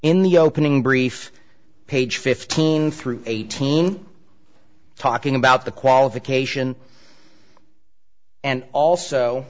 in the opening brief page fifteen through eighteen talking about the qualification and al